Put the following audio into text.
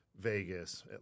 Vegas